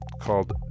called